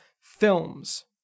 films